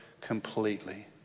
completely